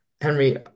Henry